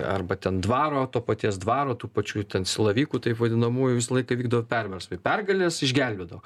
arba ten dvaro to paties dvaro tų pačių ten silavikų taip vadinamųjų visą laiką vykdavo perversmai pergalės išgelbėdavo